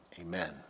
Amen